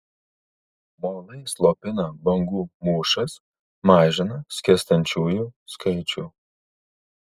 molai slopina bangų mūšas mažina skęstančiųjų skaičių